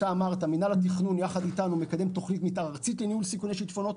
מינהל התכנון מקדם יחד איתנו תוכנית מתאר ארצית לניהול סיכוני שיטפונות,